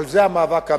אבל זה המאבק האמיתי.